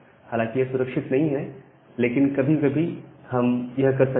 हालांकि यह सुरक्षित नहीं है लेकिन हम कभी कभी यह कर सकते हैं